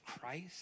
Christ